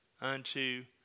unto